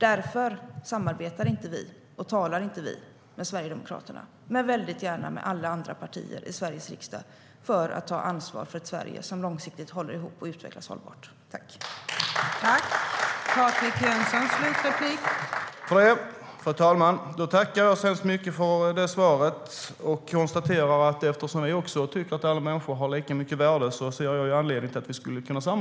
Därför samarbetar inte vi, och talar inte vi, med Sverigedemokraterna, däremot väldigt gärna med alla andra partier i Sveriges riksdag för att ta ansvar för ett Sverige som långsiktigt håller ihop och utvecklas hållbart.